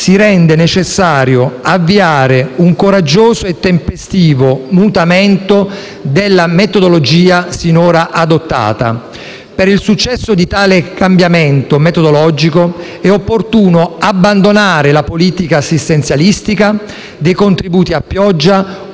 Si rende necessario, però, avviare un coraggioso e tempestivo mutamento della metodologia sinora adottata. Per il successo di tale cambiamento metodologico, è opportuno abbandonare la politica assistenzialistica, dei contributi a pioggia,